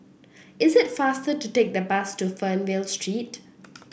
it's faster to take the bus to Fernvale Street